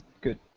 good